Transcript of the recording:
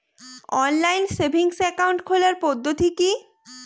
Online savings account খোলার পদ্ধতি কি?